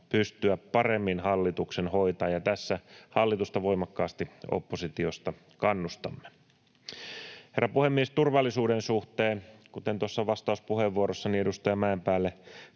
pystyä paremmin hoitamaan, ja tässä hallitusta voimakkaasti oppositiosta kannustamme. Herra puhemies! Turvallisuuden suhteen, kuten tuossa vastauspuheenvuorossani edustaja Mäenpäälle